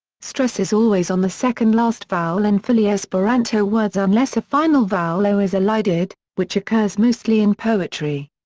stress is always on the second-last vowel in fully esperanto words unless a final vowel o is elided, which occurs mostly in poetry.